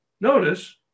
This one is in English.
Notice